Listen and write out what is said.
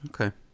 Okay